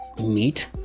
meat